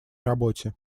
работе